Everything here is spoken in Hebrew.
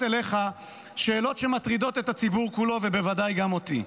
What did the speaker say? אליך שאלות שמטרידות את הציבור כולו ובוודאי גם אותי.